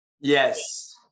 Yes